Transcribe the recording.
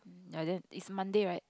I didn't it's Monday right